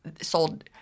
sold—